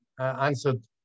answered